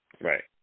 Right